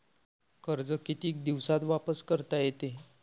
कर्ज कितीक दिवसात वापस करता येते?